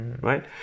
right